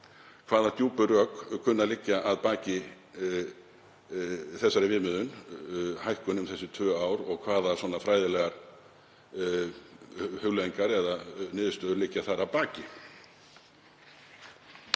hvaða djúpu rök kunna að liggja að baki þessari viðmiðun, hækkun um þessi tvö ár, og hvaða fræðilegu hugleiðingar eða niðurstöður liggja þar að baki.